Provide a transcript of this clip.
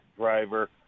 driver